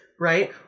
right